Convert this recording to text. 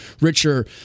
richer